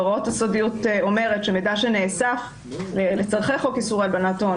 הוראת הסודיות אומרת שמידע שנאסף לצורכי חוק איסור הלבנת הון,